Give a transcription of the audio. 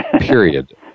period